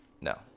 no